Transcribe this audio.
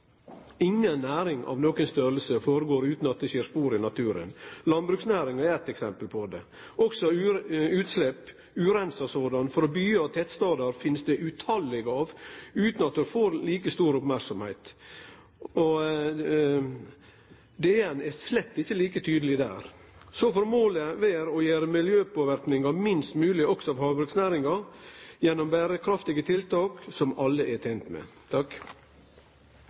næring av nokon størrelse går føre seg utan at det set spor i naturen. Landbruksnæringa er eit eksempel på det. Også utslepp, ureinsa slike, frå byar og tettstader finst det mykje av utan at det får like stor merksemd. DN, Direktoratet for naturforvaltning, er slett ikkje like tydeleg der. Så får målet vere å gjere miljøpåverknadene minst mogleg også for havbruksnæringa, gjennom berekraftige tiltak som alle er tente med.